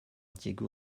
diego